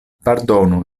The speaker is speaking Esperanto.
pardonu